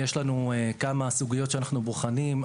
יש לנו כמה סוגיות שאנו בוחנים.